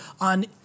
on